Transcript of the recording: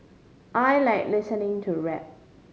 I like listening to rap